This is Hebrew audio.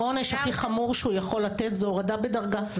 העונש הכי חמור שהוא יכול לתת זה הורדה בדרגה.